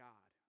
God